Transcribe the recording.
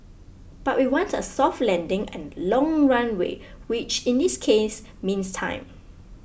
but we want a soft landing and a long runway which in this case means time